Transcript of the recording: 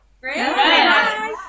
Great